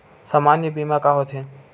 सामान्य बीमा का होथे?